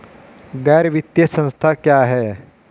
गैर वित्तीय संस्था क्या है?